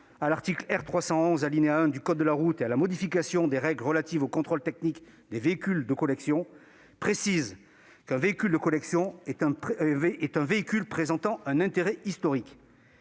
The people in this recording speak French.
à l'article R. 311-1 du code de la route et à la modification des règles relatives au contrôle technique des véhicules de collection précise qu'un véhicule de collection est un véhicule présentant un intérêt historique.